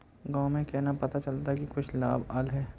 गाँव में केना पता चलता की कुछ लाभ आल है?